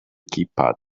keypad